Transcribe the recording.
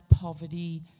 poverty